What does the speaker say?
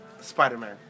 Spider-Man